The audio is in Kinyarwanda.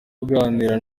tuganira